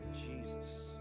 jesus